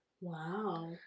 Wow